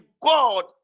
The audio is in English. God